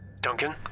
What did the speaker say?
Duncan